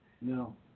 No